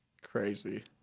Crazy